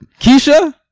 Keisha